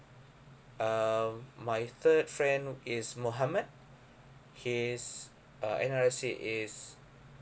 uh my third friend is muhammad his uh N_R_I_C is